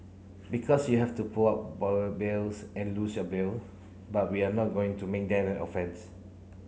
because you have to put up bails and lose your bail but we are not going to make that an offence